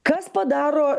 kas padaro